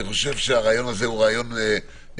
אני חושב שהרעיון הזה הוא רעיון מצוין,